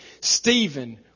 Stephen